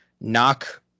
knock